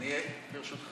השאלה היא אם אתה